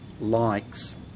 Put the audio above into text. likes